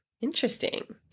interesting